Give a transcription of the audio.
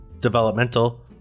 developmental